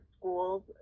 schools